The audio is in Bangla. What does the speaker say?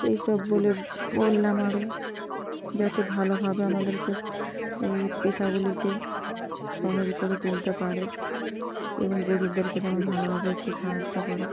এই সব বলে বললাম আরও যাতে ভালোভাবে আমাদেরকে এই পেশাগুলিকে সহজ করে তুলতে পারে এবং গরিবদেরকে যেমন ভালোভাবে একটু সাহায্য করে